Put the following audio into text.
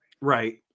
right